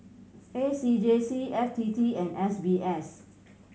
A C J C F T T and S B S